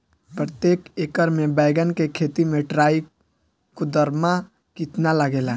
प्रतेक एकर मे बैगन के खेती मे ट्राईकोद्रमा कितना लागेला?